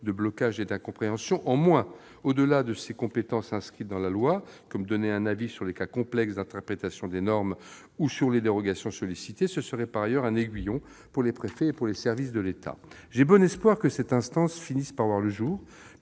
de blocage et d'incompréhension. Au-delà de ses compétences inscrites dans la loi- l'émission d'un avis sur des cas complexes d'interprétation des normes ou sur les dérogations sollicitées -, elle serait par ailleurs un aiguillon pour les préfets et pour les services de l'État. J'ai bon espoir que cette instance finisse par voir le jour.